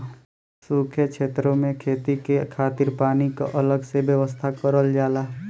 सूखे छेतरो में खेती के खातिर पानी क अलग से व्यवस्था करल जाला